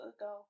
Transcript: ago